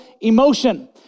emotion